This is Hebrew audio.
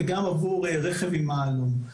וגם עבור רכב עם מעלון.